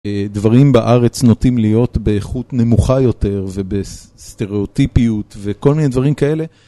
דברים בארץ נוטים להיות באיכות נמוכה יותר ובסטריאוטיפיות וכל מיני דברים כאלה.